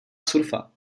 surfa